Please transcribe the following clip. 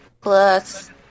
plus